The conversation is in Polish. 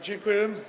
Dziękuję.